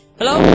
hello